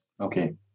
Okay